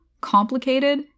complicated